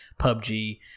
PUBG